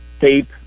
tape